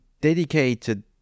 dedicated